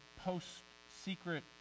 post-secret